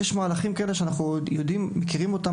יש מהלכים כאלה שאנחנו מכירים בהם,